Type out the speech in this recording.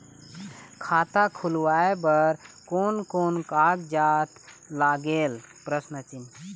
खाता खुलवाय बर कोन कोन कागजात लागेल?